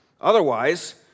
Otherwise